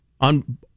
on